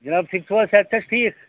جناب ٹھیٖک چھُوا صیحت چھِ حظ ٹھیٖک